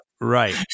Right